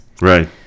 right